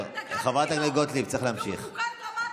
אני התנגדתי לו והוא תוקן דרמטית.